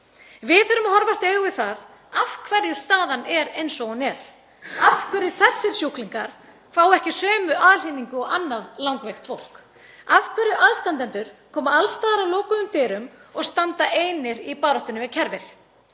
Við þurfum að horfast í augu við það af hverju staðan er eins og hún er, af hverju þessir sjúklingar fá ekki sömu aðhlynningu og annað langveikt fólk, af hverju aðstandendur koma alls staðar að lokuðum dyrum og standa einir í baráttunni við kerfið.